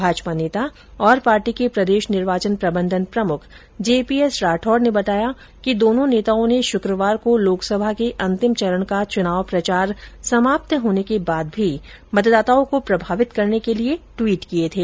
भाजपा नेता और पार्टी के प्रदेश निर्वाचन प्रबंधन प्रमुख जे पी एस राठौड़ ने बताया कि दोनों नेताओं ने शुक्रवार को लोकसभा के अंतिम चरण का चुनाव प्रचार समाप्त होने के बाद भी मतदाताओं को प्रभावित करने के लिए ट्वीट किए थे